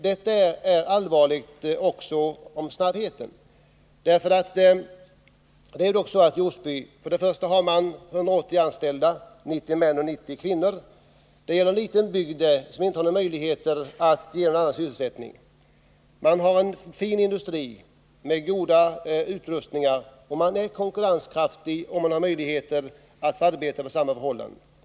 Detta är en mycket allvarlig fråga. Företaget har 180 anställda — 90 män och 90 kvinnor. Det gäller en liten bygd, där de anställda i Ato inte har möjlighet att få någon annan sysselsättning. Ato är en fin industri med god utrustning. Företaget är konkurrenskraftigt, om man får möjligheter att fortsätta att arbeta under samma betingelser som hittills.